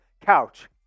Couch